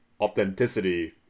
authenticity